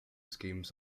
schemes